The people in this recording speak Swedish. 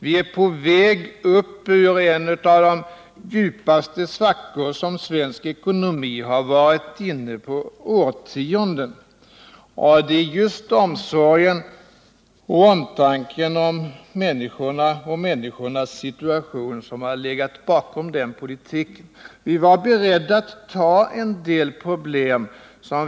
Vi håller på att ta oss ur en av de djupaste svackor som svensk ekonomi har drabbats av under årtionden. Det är just omsorgen och omtanken om människorna och deras situation som har legat bakom den förda politiken.